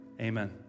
amen